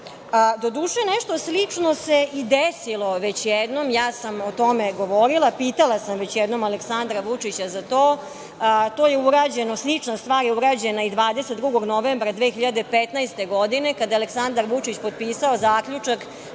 nešto slično se desilo već jednom i ja sam o tome govorila. Pitala sam već jednom Aleksandra Vučića za to. Slična stvar je urađena i 22. novembra 2015. godine, kada je Aleksandar Vučić potpisao zaključak